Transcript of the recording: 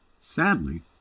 Sadly